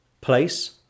place